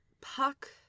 Puck